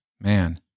man